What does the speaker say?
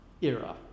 era